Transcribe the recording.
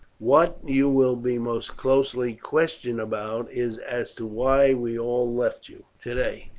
what you will be most closely questioned about is as to why we all left you today.